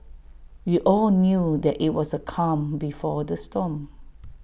we all knew that IT was A calm before the storm